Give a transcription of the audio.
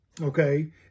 okay